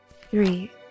Three